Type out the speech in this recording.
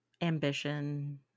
Ambition